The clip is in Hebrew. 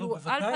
לא,